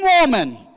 woman